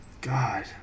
God